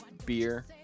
beer